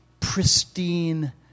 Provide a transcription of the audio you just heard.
pristine